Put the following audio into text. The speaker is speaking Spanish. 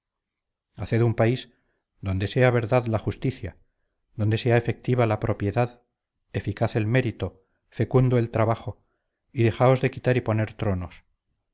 representáis haced un país donde sea verdad la justicia donde sea efectiva la propiedad eficaz el mérito fecundo el trabajo y dejaos de quitar y poner tronos